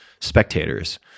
spectators